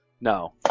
No